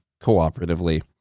cooperatively